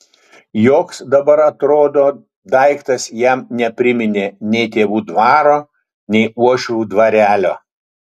joks dabar atrodo daiktas jam nepriminė nei tėvų dvaro nei uošvių dvarelio